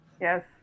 Yes